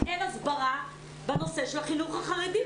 כי אין הסברה בנושא של החינוך החרדי.